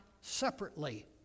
separately